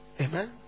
Amen